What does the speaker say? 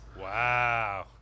wow